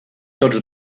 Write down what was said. tots